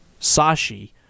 Sashi